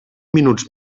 minuts